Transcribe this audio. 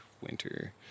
winter